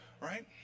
right